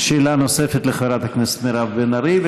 שאלה נוספת לחברת הכנסת מירב בן ארי,